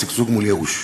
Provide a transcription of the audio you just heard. שגשוג מול ייאוש,